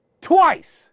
Twice